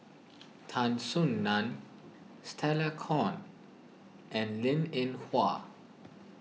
Tan Soo Nan Stella Kon and Linn in Hua